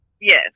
Yes